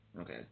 Okay